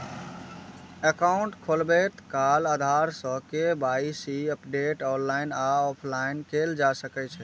account खोलबैत काल आधार सं के.वाई.सी अपडेट ऑनलाइन आ ऑफलाइन कैल जा सकै छै